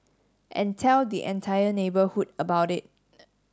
and tell the entire neighbourhood about it